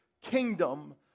kingdom